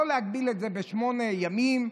לא להגביל את זה בשמונה ימים,